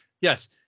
yes